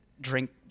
drink